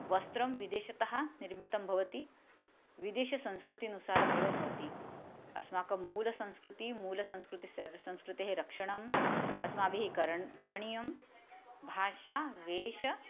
वस्त्रं विदेशतः निर्मितं भवति विदेशसंस्कृतिनुसारमेव भवति अस्माकं मूलसंस्कृतेः मूलसंस्कृतिस्य संस्कृतेः रक्षणम् अस्माभिः करण् करणीयं भाषा वेषः